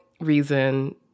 reason